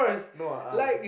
no ah um